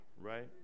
right